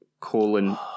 colon